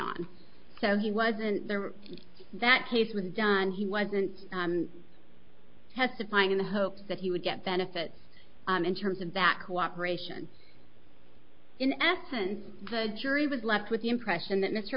on so he wasn't there or that case was done he wasn't testifying in the hope that he would get benefits in terms of that cooperation in athens the jury was left with the impression that mr